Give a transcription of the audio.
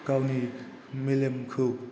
गावनि मेलेमखौ